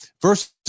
first